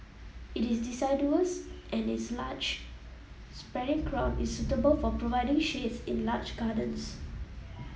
it is and its large spreading crown is suitable for providing shades in large gardens